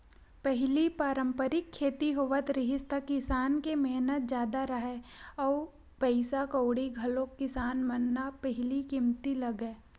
पहिली पारंपरिक खेती होवत रिहिस त किसान के मेहनत जादा राहय अउ पइसा कउड़ी घलोक किसान मन न पहिली कमती लगय